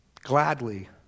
gladly